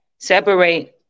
Separate